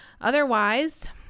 Otherwise